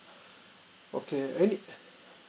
okay any